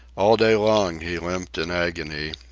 all day long he limped in agony,